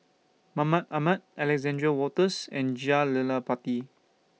Mahmud Ahmad Alexander Wolters and Jah Lelawati